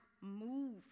move